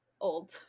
old